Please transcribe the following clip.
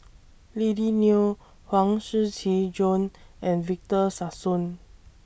Lily Neo Huang Shiqi Joan and Victor Sassoon